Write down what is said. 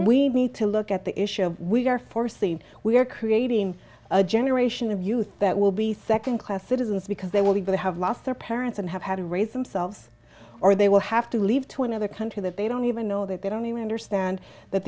we need to look at the issue we are forcing we are creating a generation of youth that will be second class citizens because they will be going to have lost their parents and have had to raise themselves or they will have to leave to another country that they don't even know that they don't even understand that